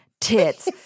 tits